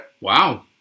Wow